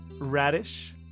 Radish